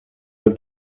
will